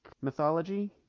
mythology